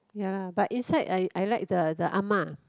ya lah but inside I I like the the Ah-Ma